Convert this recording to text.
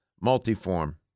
multiform